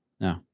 no